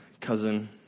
cousin